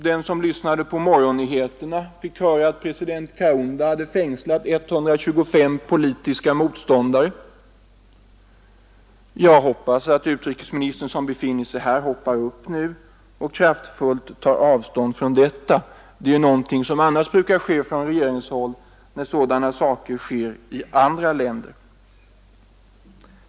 Den som lyssnade på morgonnyheterna i radio fick höra att president Kaunda hade fängslat 125 politiska motståndare. Jag hoppas att utrikesministern, som befinner sig här, står upp nu och kraftfullt tar avstånd från detta — det är annars någonting som brukar ske från regeringshåll när sådana saker inträffar i andra länder.